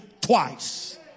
twice